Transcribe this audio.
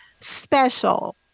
special